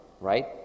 right